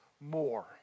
more